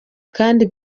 kandi